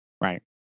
right